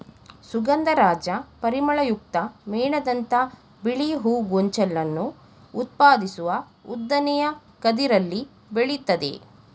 ಸುಗಂಧರಾಜ ಪರಿಮಳಯುಕ್ತ ಮೇಣದಂಥ ಬಿಳಿ ಹೂ ಗೊಂಚಲನ್ನು ಉತ್ಪಾದಿಸುವ ಉದ್ದನೆಯ ಕದಿರಲ್ಲಿ ಬೆಳಿತದೆ